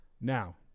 Now